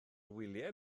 wyliau